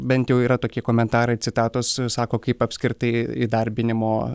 bent jau yra tokie komentarai citatos sako kaip apskritai įdarbinimo